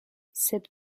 cette